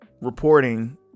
reporting